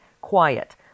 quiet